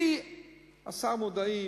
זה מאז השר מודעי